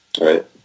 Right